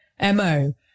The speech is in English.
MO